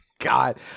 God